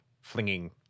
flinging